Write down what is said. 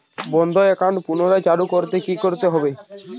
বন্ধ একাউন্ট পুনরায় চালু করতে কি করতে হবে?